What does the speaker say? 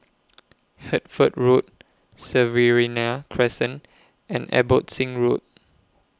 Hertford Road Riverina Crescent and Abbotsingh Road